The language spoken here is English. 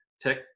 tech